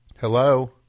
Hello